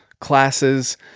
classes